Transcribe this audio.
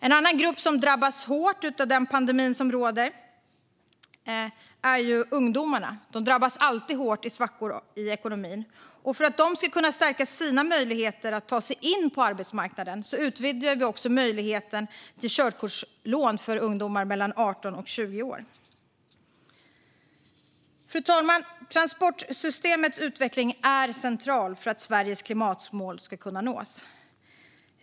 En annan grupp som drabbas hårt av pandemin är ungdomarna. De drabbas alltid hårt av svackor i ekonomin. För att de ska kunna stärka sina möjligheter att ta sig in på arbetsmarknaden utvidgar vi också möjligheten till körkortslån för ungdomar mellan 18 och 20 år. Fru talman! Transportsystemets utveckling är central för att Sveriges klimatmål ska nås.